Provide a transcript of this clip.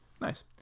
Nice